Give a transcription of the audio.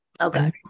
Okay